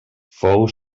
fou